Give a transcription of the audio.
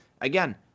Again